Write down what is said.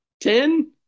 ten